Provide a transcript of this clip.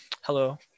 Hello